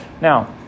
Now